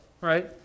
right